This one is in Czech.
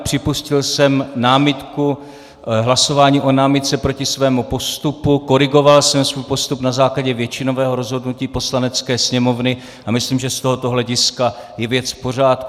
Připustil jsem námitku, hlasování o námitce proti svému postupu, korigoval jsem svůj postup na základě většinového rozhodnutí Poslanecké sněmovny a myslím, že z tohoto hlediska je věc v pořádku.